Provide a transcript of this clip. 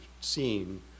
seen